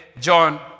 John